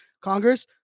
Congress